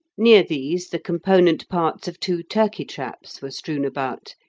near these the component parts of two turkey-traps were strewn about,